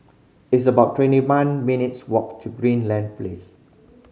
it's about twenty one minutes' walk to Greenleaf Place